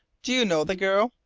do you know the girl?